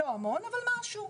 לא המון אבל משהו.